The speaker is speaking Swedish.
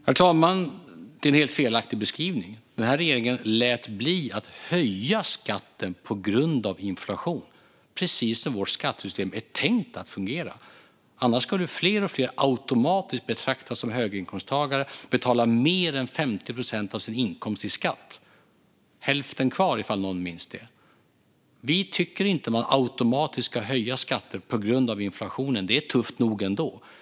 Herr talman! Det är en helt felaktig beskrivning. Den här regeringen lät bli att höja skatten på grund av inflation, precis som vårt skattesystem är tänkt att fungera. Annars skulle fler och fler automatiskt betraktas som höginkomsttagare och betala mer än 50 procent av sin inkomst i skatt. "Hälften kvar", om någon minns det. Vi tycker inte att man automatiskt ska höja skatter på grund av inflationen. Det är tufft nog ändå.